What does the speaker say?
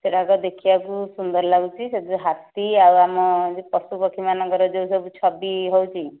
ସେଗୁଡ଼ାକ ଦେଖିବାକୁ ସୁନ୍ଦର ଲାଗୁଛି ସେ ଯେଉଁ ହାତୀ ଆଉ ଆମ ଯେଉଁ ପଶୁ ପକ୍ଷୀମାନଙ୍କର ଯେଉଁ ସବୁ ଛବି ହେଉଛି